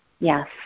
Yes